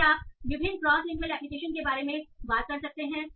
फिर आप विभिन्न क्रॉस लिंगुअल एप्लीकेशन के बारे में बात कर सकते हैं